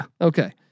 Okay